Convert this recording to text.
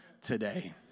today